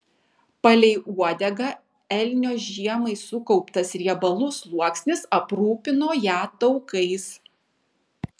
palei uodegą elnio žiemai sukauptas riebalų sluoksnis aprūpino ją taukais